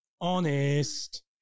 Honest